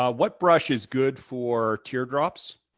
ah what brush is good for teardrops?